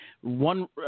one